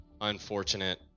unfortunate